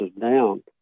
down